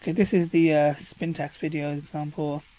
this is the spintax videos example.